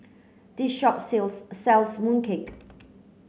this shop sells sells mooncake